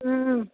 हूँ